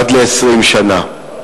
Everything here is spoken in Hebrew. עד ל-20 שנה.